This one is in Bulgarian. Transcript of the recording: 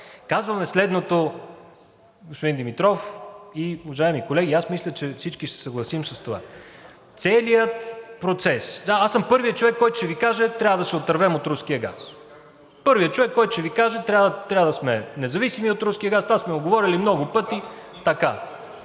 казваме следното, господин Димитров и уважаеми колеги, аз мисля, че всички ще се съгласим с това – целият процес, да, аз съм първият човек, който ще Ви каже – трябва да се отървем от руския газ! Първият човек, който ще Ви каже – трябва да сме независими от руския газ, това сме го говорили много пъти, така,